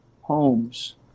homes